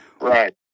Right